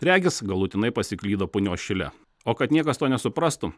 regis galutinai pasiklydo punios šile o kad niekas to nesuprastų